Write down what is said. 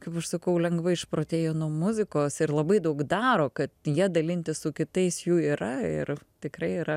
kaip aš sakau lengvai išprotėję nuo muzikos ir labai daug daro kad ja dalintis su kitais jų yra ir tikrai yra